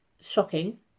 shocking